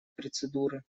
процедуры